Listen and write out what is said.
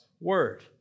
word